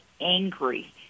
angry